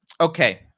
Okay